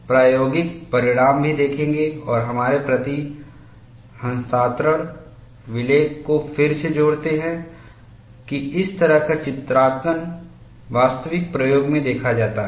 और हम प्रायोगिक परिणाम भी देखेंगे और हमारे प्रति हस्तांतरण विलेख को फिर से जोड़ते हैं कि इस तरह का चित्रांकन वास्तविक प्रयोग में देखा जाता है